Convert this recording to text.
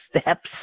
steps